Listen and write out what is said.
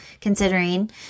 considering